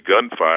gunfire